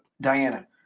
Diana